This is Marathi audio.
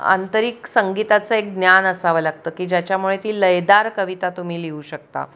आंतरिक संगीताचं एक ज्ञान असावं लागतं की ज्याच्यामुळे ती लयदार कविता तुम्ही लिहू शकता